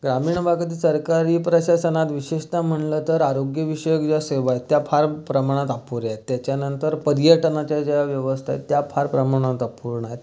ग्रामीण भागातील सरकारी प्रशासनात विशेषत म्हणलं तर आरोग्यविषयक ज्या सेवा आहेत त्या फार प्रमाणात अपुऱ्या आहेत त्याच्यानंतर पर्यटनाच्या ज्या व्यवस्था आहेत त्या फार त्या प्रमाणात अपूर्ण आहेत